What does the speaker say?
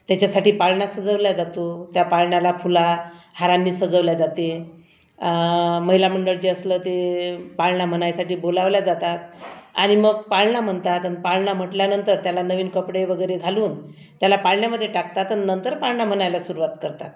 त्याच्यासाठी पाळणा सजवला जातो त्या पाळण्याला फुलाहार हारांने सजवले जाते महिलामंडळ जे असंल ते पाळणा म्हणायसाठी बोलावल्या जातात आणि मग पाळणा म्हणतात अन् पाळणा म्हटल्यानंतर त्याला नवीन कपडे वगैरे घालून त्याला पाळण्यामध्ये टाकतात नंतर पाळणा म्हणायला सुरुवात करतात